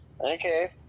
okay